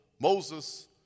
Moses